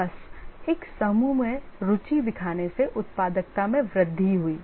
बस एक समूह में रुचि दिखाने से उत्पादकता में वृद्धि हुई